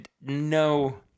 no